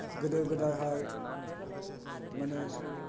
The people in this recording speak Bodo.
गोदो गोदायहाय माने